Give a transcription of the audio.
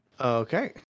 Okay